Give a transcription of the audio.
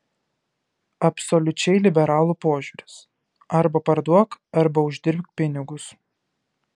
absoliučiai liberalų požiūris arba parduok arba uždirbk pinigus